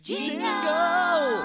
Jingle